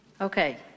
Okay